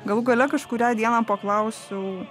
galų gale kažkurią dieną paklausiu